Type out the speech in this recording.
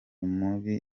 muri